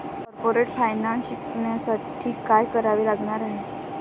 Corporate finance शिकण्यासाठी काय करावे लागणार आहे?